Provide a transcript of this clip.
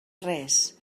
res